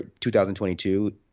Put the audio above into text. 2022